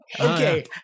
Okay